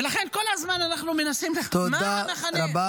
ולכן כל הזמן אנחנו מנסים --- תודה רבה.